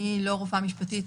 אני לא רופאה משפטית,